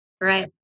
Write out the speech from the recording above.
Right